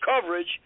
coverage